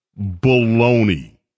baloney